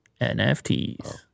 NFTs